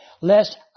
lest